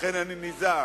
לכן אני נזהר.